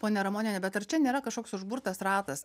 ponia ramoniene bet ar čia nėra kažkoks užburtas ratas